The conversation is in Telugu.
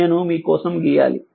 నేను మీకోసం గీయాలి